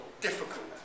difficult